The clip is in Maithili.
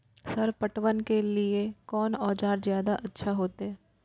सर पटवन के लीऐ कोन औजार ज्यादा अच्छा होते?